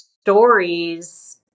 stories